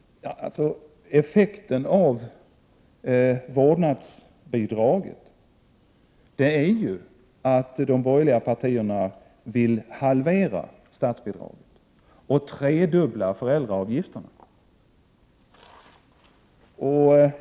Effekten av vårdnadsbidraget är ju att de borgerliga partierna vill halvera statsbidraget och tredubbla föräldraavgifterna.